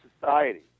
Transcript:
society